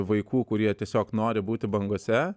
vaikų kurie tiesiog nori būti bangose